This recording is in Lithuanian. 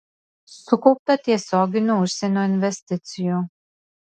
sukaupta tiesioginių užsienio investicijų